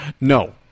No